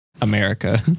america